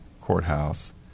courthouse